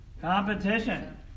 Competition